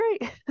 great